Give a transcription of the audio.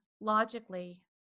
logically